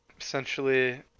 essentially